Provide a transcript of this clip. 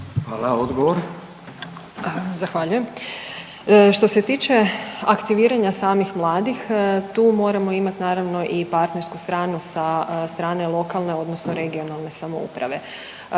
Željka (HDZ)** Zahvaljujem. Što se tiče aktiviranja samih mladih, tu moramo imati, naravno i partnersku stranu sa strane lokalne odnosno regionalne samouprave.